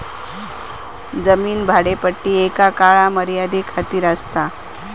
जमीन भाडेपट्टी एका काळ मर्यादे खातीर आसतात